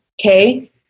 Okay